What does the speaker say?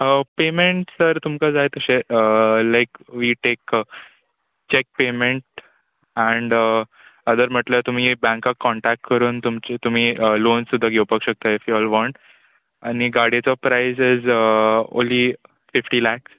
payment sir तुमकां जाय तशें लायक we take cheque payment and other म्हणल्यार तुमी बँकाक कॉण्टॅक्ट करून तुमचे तुमी लोन सुद्दां घेवपाक शकता ईफ यॉल वॉण्ट आनी गाडयेचो price is only fifty lakhs